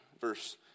verse